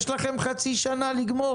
יש לכם חצי שנה לגמור.